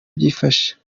byifashe